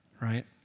right